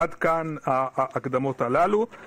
עד כאן ההקדמות הללו